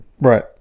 Right